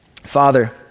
Father